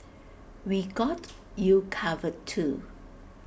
we got you covered too